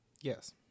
Yes